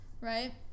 right